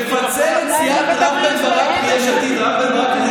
רם בן ברק,